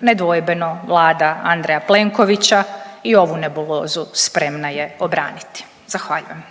Nedvojbeno Vlada Andreja Plenkovića i ovu nebulozu spremna je obraniti. Zahvaljujem.